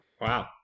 Wow